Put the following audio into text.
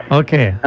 okay